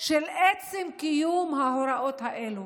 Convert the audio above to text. של עצם קיום ההוראות האלה.